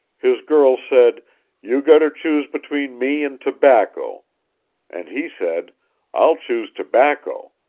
his girl said you gotta choose between me and tobacco and he said i'll choose tobacco.